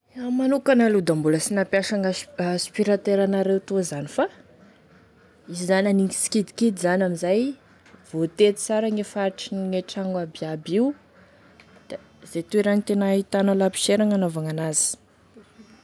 Iaho manokagny aloha da mbola sy nampiasa gn'aspira- aspirateur anareo toa zany fa izy zany aniny sikidikidy zany amin'izay voatety sara gne faritrigne tragno abiaby io da izay toeragny tena ahitanao laposiera no hanaovana an'azy.